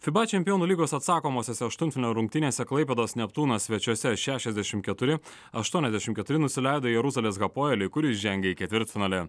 fiba čempionų lygos atsakomosiose aštuntfinalio rungtynėse klaipėdos neptūnas svečiuose šešiasdešim keturi aštuoniasdešim keturi nusileido jeruzalės hapoeliui kuri žengia į ketvirtfinalį